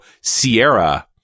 Sierra